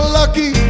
lucky